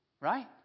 Right